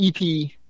EP